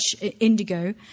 indigo